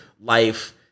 life